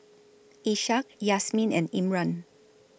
Ishak Yasmin and Imran